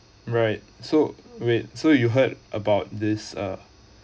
right so wait so you heard about this uh